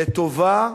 לטובה,